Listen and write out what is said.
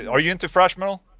are you into thrash metal?